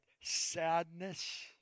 sadness